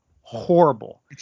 horrible